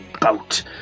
boat